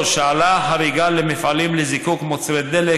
העלאה חריגה למפעלים לזיקוק מוצרי דלק,